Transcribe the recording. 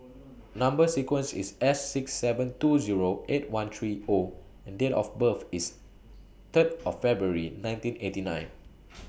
Number sequence IS S six seven two Zero eight one three O and Date of birth IS Third of February nineteen eighty nine